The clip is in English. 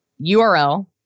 URL